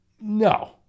No